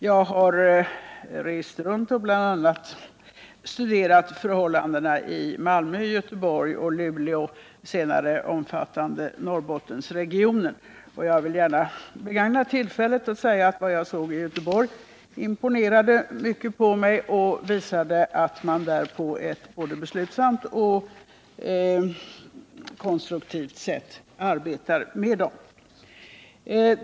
Jag har rest runt och bl.a. studerat förhållandena i Malmö, Göteborg och Luleå, senare Norrbottensregionen. Jag vill gärna begagna tillfället till att säga att vad jag såg i Göteborg imponerade mycket på mig. Det visade att man där på ett både beslutsamt och konstruktivt sätt arbetar med problemen.